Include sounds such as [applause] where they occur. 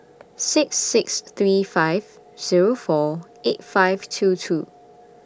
[noise] six six three five Zero four eight five two two